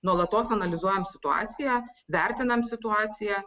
nuolatos analizuojam situaciją vertinam situaciją